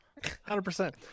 100